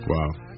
Wow